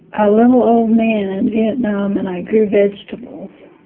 a little old man in vietnam and i grew vegetables.